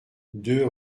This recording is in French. deux